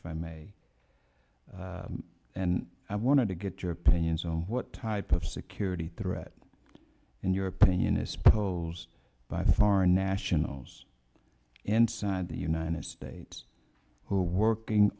if i may and i want to get your opinions on what type of security threat in your opinion is posed by foreign nationals inside the united states who are working